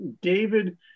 David